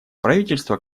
правительство